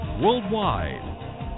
worldwide